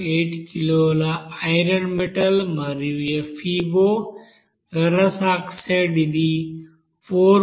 8 కిలోల iron metal మరియు FeO ferrous oxide ఇది 4